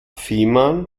fehmarn